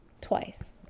twice